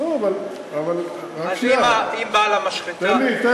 אז אם בעל המשחטה, רק שנייה.